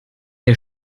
der